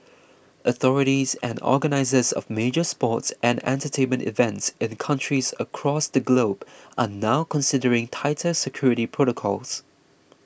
authorities and organisers of major sports and entertainment events in countries across the globe are now considering tighter security protocols